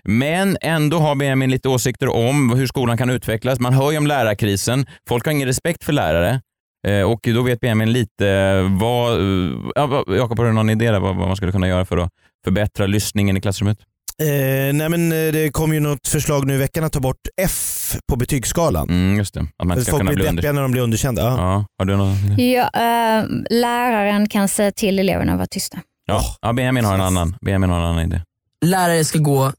Men ändå har Benjamin lite åsikter om hur skolan kan utvecklas. Man hör ju om lärarkrisen. Folk har ingen respekt för lärare. Eh, och då vet Benjamin lite, vad, eh, ja, vad- Jakob, har du någon idé där vad- vad man skulle kunna göra för att förbättra lyssningen i klassrummet? Eh, nej, men, eh, det kom ju något förslag nu i veckan att ta bort F på betygsskalan. Mm, just det. Att man inte För ska folk kunna blir bli under- deppiga när de blir underkända, ja. Ja, har du någon- Ja, eh, läraren kan säga till eleverna att vara tysta. Ja. Åh. Ja, Benjamin har en Så- annan- Benjamin har en annan idé. Lärare ska gå-